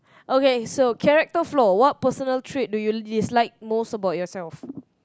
okay so character flow what personal trait do you dislike most about yourself